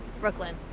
Brooklyn